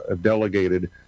delegated